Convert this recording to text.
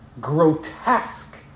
grotesque